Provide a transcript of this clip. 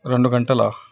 రెండు గంటలా